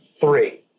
three